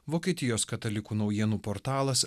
vokietijos katalikų naujienų portalas